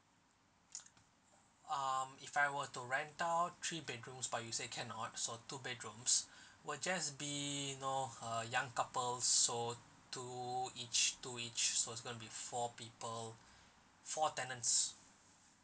um if I were to rent out three bedrooms but you say cannot so two bedrooms will just be you know uh young couples so two each two each so it's gonna be four people four tenants